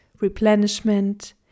replenishment